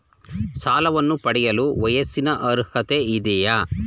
ಸಾಲವನ್ನು ಪಡೆಯಲು ವಯಸ್ಸಿನ ಅರ್ಹತೆ ಇದೆಯಾ?